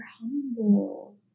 humble